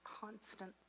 constant